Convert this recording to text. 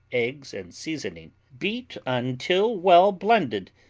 eggs and seasoning. beat until well blended,